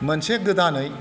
मोनसे गोदानै